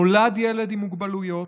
נולד ילד עם מוגבלויות,